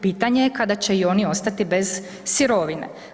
Pitanje je kada će i oni ostati bez sirovine.